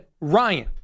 Ryan